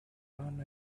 learn